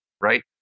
right